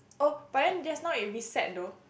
oh but then just now it reset though